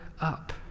up